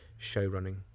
showrunning